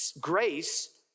grace